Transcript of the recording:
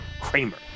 Kramer